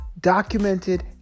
documented